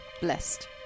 blessed